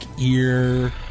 ear